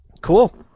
cool